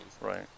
Right